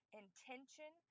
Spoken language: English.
intention